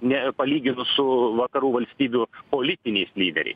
ne palyginus su vakarų valstybių politiniais lyderiais